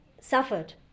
suffered